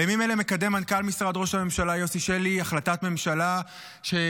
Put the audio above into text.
בימים אלה מקדם מנכ"ל משרד ראש הממשלה יוסי שלי החלטת ממשלה שתאפשר